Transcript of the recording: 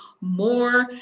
more